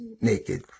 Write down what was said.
naked